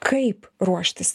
kaip ruoštis